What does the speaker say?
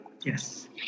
Yes